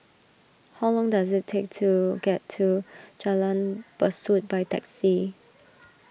how long does it take to get to Jalan Besut by taxi